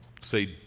say